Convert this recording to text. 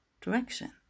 direction